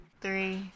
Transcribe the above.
three